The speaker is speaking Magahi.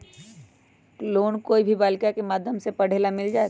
लोन कोई भी बालिका के माध्यम से पढे ला मिल जायत?